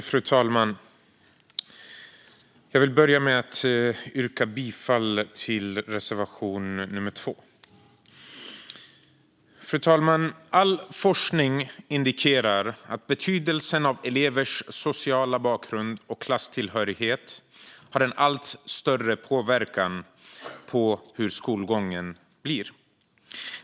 Fru talman! Jag vill börja med att yrka bifall till reservation nummer 2. Fru talman! All forskning indikerar att betydelsen av elevers sociala bakgrund och klasstillhörighet har en allt större påverkan på hur skolgången blir.